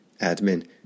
admin